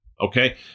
okay